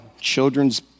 children's